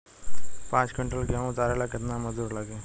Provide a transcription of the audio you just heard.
पांच किविंटल गेहूं उतारे ला केतना मजदूर लागी?